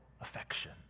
affection